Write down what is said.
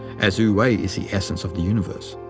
as wu-wei is the essence of the universe.